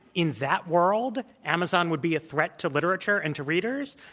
in that world, amazon would be a threat to literature and to readers,